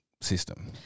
system